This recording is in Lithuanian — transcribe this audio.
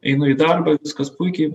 einu į darbą viskas puikiai